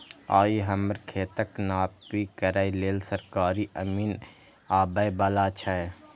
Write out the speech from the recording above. आइ हमर खेतक नापी करै लेल सरकारी अमीन आबै बला छै